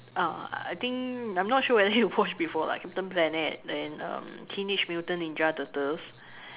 ah I think I'm not sure whether you watched before lah captain planet then um teenage mutant ninja turtles